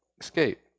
escape